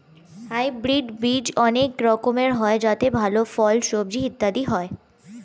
hybrid বীজ অনেক রকমের হয় যাতে ভালো ফল, সবজি ইত্যাদি হয়